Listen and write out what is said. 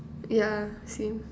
yeah same